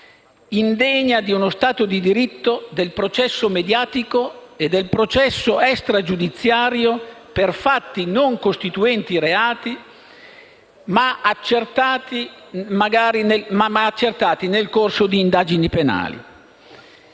indegna di uno Stato di diritto, del processo mediatico e del processo extragiudiziario per fatti non costituenti reati, ma accertati nel corso di indagini penali.